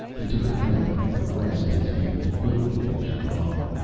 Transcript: he took a drink from the glass in his hand, quickly finishing it off. ah,